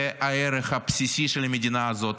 זה הערך הבסיסי של המדינה הזאת.